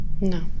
No